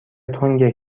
تنگ